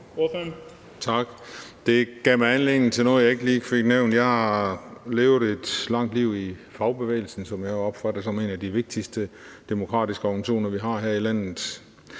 Det gav mig anledning til at sige noget, jeg ikke lige fik nævnt. Jeg har levet et langt liv i fagbevægelsen, som jeg opfatter som en af de vigtigste demokratiske organisationer, vi har her i landet